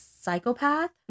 Psychopath